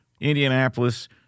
Indianapolis